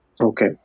Okay